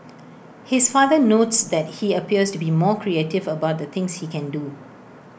his father notes that he appears to be more creative about the things he can do